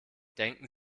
denken